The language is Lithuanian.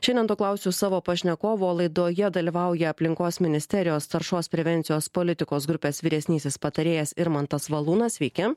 šiandien to klausiu savo pašnekovo laidoje dalyvauja aplinkos ministerijos taršos prevencijos politikos grupės vyresnysis patarėjas irmantas valūnas sveiki